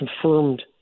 confirmed